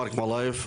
מרק מלייב,